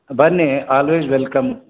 ಬನ್ನಿ always welcome